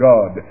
God